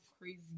crazy